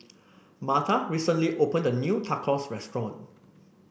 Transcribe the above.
Martha recently opened a new Tacos Restaurant